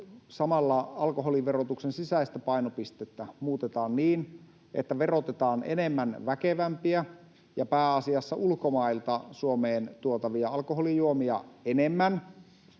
samalla alkoholiverotuksen sisäistä painopistettä muutetaan niin, että verotetaan enemmän väkevämpiä ja pääasiassa ulkomailta Suomeen tuotavia alkoholijuomia ja